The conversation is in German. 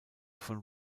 von